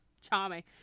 Charming